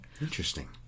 Interesting